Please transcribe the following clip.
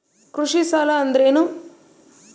ಕೃಷಿ ಸಾಲ ಅಂದರೇನು?